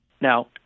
Now